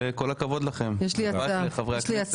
וכל הכבוד לכם חברי הכנסת.